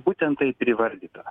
būtent taip ir įvardyta